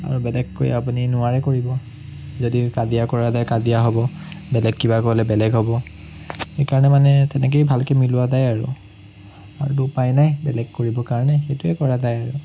আৰু বেলেগকৈ আপুনি নোৱাৰে কৰিব যদি কাজিয়া কৰা যায় কাজিয়া হ'ব বেলেগ কিবা কৰিলে বেলেগ হ'ব সেইকাৰণেই মানে তেনেকেই ভালকে মিলোৱা যায় আৰু আৰুতো উপায় নাই বেলেগ কৰিবৰ কাৰণে সেইটোৱেই কৰা যায় আৰু